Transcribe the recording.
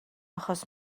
achos